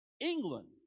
England